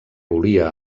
volia